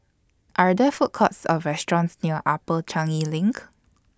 Are There Food Courts Or restaurants near Upper Changi LINK